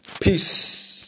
Peace